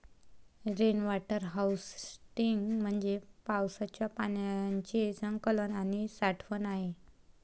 rain water harvesting म्हणजे पावसाच्या पाण्याचे संकलन आणि साठवण आहे